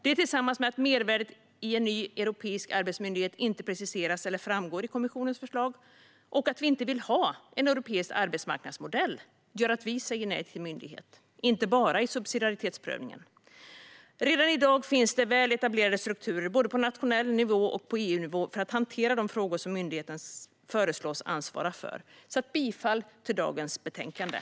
Det tillsammans med att mervärdet av en ny europeisk arbetsmyndighet inte preciseras eller framgår i kommissionens förslag och att vi inte vill ha en europeisk arbetsmarknadsmodell gör att vi säger nej till en myndighet, inte bara i subsidiaritetsprövningen. Redan i dag finns det väl etablerade strukturer både på nationell nivå och på EU-nivå för att hantera de frågor som myndigheten föreslås ansvara för. Jag yrkar bifall till förslaget i utlåtandet.